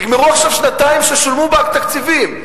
נגמרו עכשיו שנתיים ששולמו בהן תקציבים,